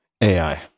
AI